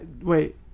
Wait